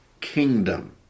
kingdom